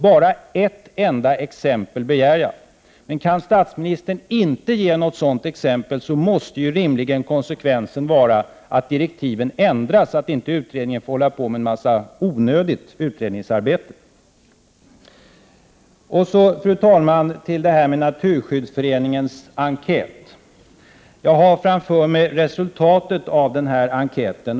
Bara ett enda exempel begär jag. Kan statsministern inte ge något sådant exempel måste konsekvensen rimligen vara att direktiven ändras, så att inte utredningen får hålla på med en mängd onödigt arbete. Så, fru talman, några ord om Naturskyddsföreningens enkät. Jag har framför mig resultatet av enkäten.